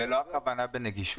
זו לא הכוונה בנגישות.